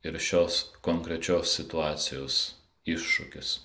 ir šios konkrečios situacijos iššūkis